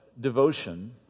devotion